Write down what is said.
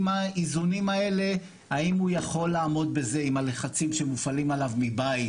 עם האיזונים האלה האם הוא יכול לעמוד בזה עם הלחצים שמופעלים עליו מבית,